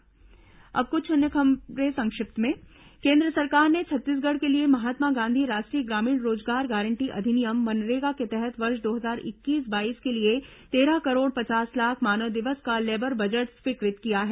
संक्षिप्त समाचार अब कुछ अन्य खबरें संक्षिप्त में केन्द्र सरकार ने छत्तीसगढ़ के लिए महात्मा गांधी राष्ट्रीय ग्रामीण रोजगार गारंटी अधिनियम मनरेगा के तहत वर्ष दो हजार इक्कीस बाईस के लिए तेरह करोड़ पचास लाख मानव दिवस का लेबर बजट स्वीकृत किया है